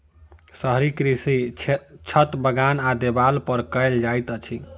शहरी कृषि छत, बगान आ देबाल पर कयल जाइत छै